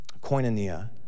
koinonia